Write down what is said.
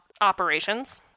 operations